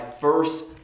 first